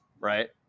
right